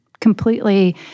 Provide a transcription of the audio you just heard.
completely